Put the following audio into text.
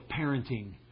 parenting